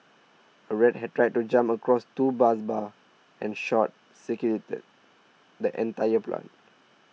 a rat had tried to jump across two bus bars and short circuited the entire plant